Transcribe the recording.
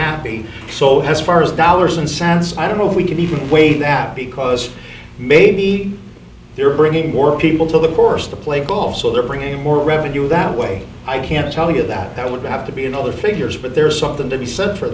happy so has far as dollars and cents i don't know if we can even wait that because maybe they're bringing more people to the course to play golf so they're bringing in more revenue that way i can't tell you that that would have to be in all the figures but there's something to be said for